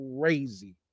crazy